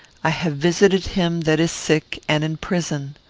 i have visited him that is sick and in prison.